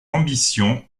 ambition